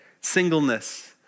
Singleness